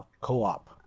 co-op